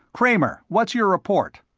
kramer, what's your report?